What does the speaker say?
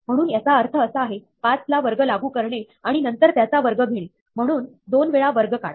म्हणून याचा अर्थ असा आहे 5 ला वर्ग लागू करणे आणि नंतर त्याचा वर्ग घेणे म्हणून दोन वेळा वर्ग काढा